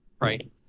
right